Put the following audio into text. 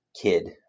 kid